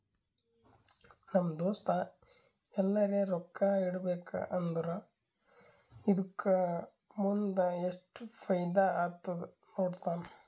ನಮ್ ದೋಸ್ತ ಎಲ್ಲರೆ ರೊಕ್ಕಾ ಇಡಬೇಕ ಅಂದುರ್ ಅದುಕ್ಕ ಮುಂದ್ ಎಸ್ಟ್ ಫೈದಾ ಆತ್ತುದ ನೋಡ್ತಾನ್